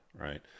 right